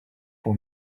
for